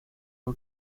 her